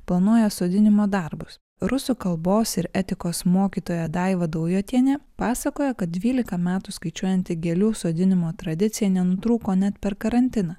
planuoja sodinimo darbus rusų kalbos ir etikos mokytoja daiva daujotienė pasakojo kad dvylika metų skaičiuojanti gėlių sodinimo tradicija nenutrūko net per karantiną